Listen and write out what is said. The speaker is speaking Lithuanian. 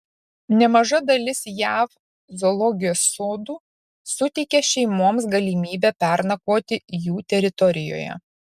nemaža dalis jav zoologijos sodų suteikia šeimoms galimybę pernakvoti jų teritorijoje